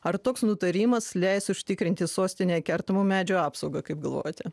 ar toks nutarimas leis užtikrinti sostinę kertamų medžių apsaugą kaip galvojate